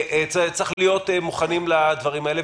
צריך להיות מוכנים לדברים האלה.